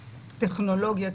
גם טכנולוגיה,